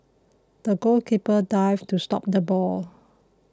the goalkeeper dived to stop the ball